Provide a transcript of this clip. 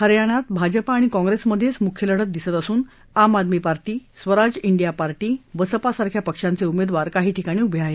हरियाणामधे भाजपा आणि काँग्रसमधेच मुख्य लढत दिसत असून Aam Aadmi party Swaraj India party Baspa सारख्या पक्षांचे उमेदवार काही ठिकाणी उभे आहेत